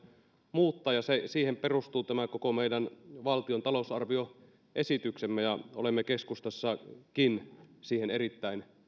muuttaa siihen perustuu tämä koko meidän valtion talousarvioesityksemme ja olemme keskustassakin siihen erittäin